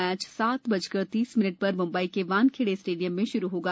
match सात बजकर तीस मिनट र मुंबई के वानखेड़े स्टेडियम में श्रू होगा